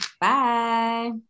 bye